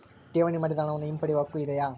ಠೇವಣಿ ಮಾಡಿದ ಹಣವನ್ನು ಹಿಂಪಡೆಯವ ಹಕ್ಕು ಇದೆಯಾ?